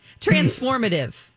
Transformative